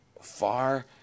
far